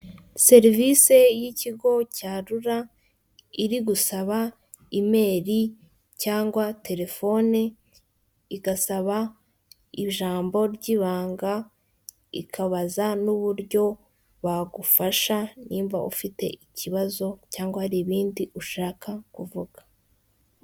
Serivisi y'ikigo cya RURA, iri gusaba imeri cyangwa telefoni, igasaba ijambo ry'ibanga, ikabaza n'uburyo bagufasha niba ufite ikibazo cyangwa hari ibindi ushaka kuvuga.